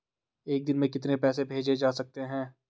एक दिन में कितने पैसे भेजे जा सकते हैं?